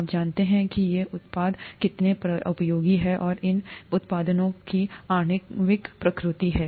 आप जानते हैं कि ये उत्पाद कितने उपयोगी हैं और यह इन उत्पादों की आणविक प्रकृति है